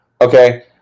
Okay